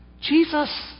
Jesus